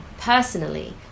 personally